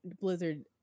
blizzard